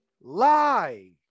lie